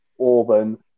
Auburn